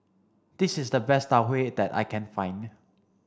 this is the best Tau Huay that I can find